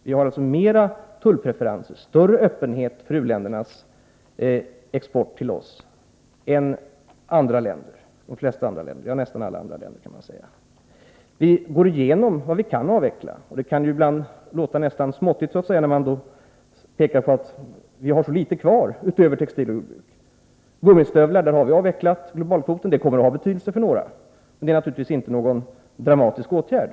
Vi har mera tullpreferenser och större öppenhet för u-ländernas export till oss än nästan alla andra länder. Vi gör genomgångar för att se efter på vilka punkter vi kan avveckla. Det kan ibland låta nästan futtigt när vi pekar på att så litet återstår att göra på andra områden än textil och jordbruk. Vi har avvecklat globalkvoten för gummistövlar, och det kommer att ha betydelse på en del håll, men det är naturligtvis inte någon dramatisk åtgärd.